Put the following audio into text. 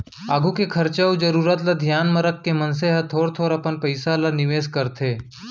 आघु के खरचा अउ जरूरत ल धियान म रखके मनसे ह थोर थोर अपन पइसा ल निवेस करथे